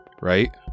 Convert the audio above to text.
right